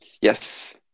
Yes